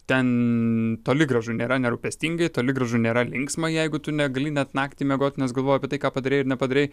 ten toli gražu nėra nerūpestingai toli gražu nėra linksma jeigu tu negali net naktį miegot nes galvojau apie tai ką padarei ir nepadarei